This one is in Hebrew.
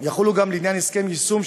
יחולו גם לעניין הסכם יישום,